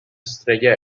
estrella